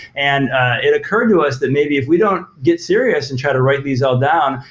and it occurred to us that maybe if we don't get serious and try to write these all down,